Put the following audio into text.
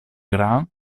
grand